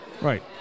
Right